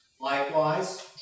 Likewise